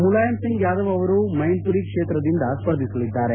ಮುಲಾಯಂ ಸಿಂಗ್ ಯಾದವ್ ಅವರು ಮ್ನೆನ್ಪುರಿ ಕ್ಷೇತ್ರದಿಂದ ಸ್ಪರ್ಧಿಸಲಿದ್ದಾರೆ